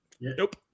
Nope